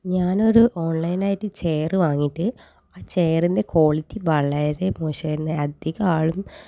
ഞാൻ ഒരു ഓൺലെനായിട്ട് ചെയർ വാങ്ങിയിട്ട് ആ ചെയറിൻ്റെ ക്വാളിറ്റി വളരെ മോശമായിരുന്നു അധികമാളും